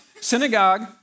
synagogue